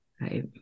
Right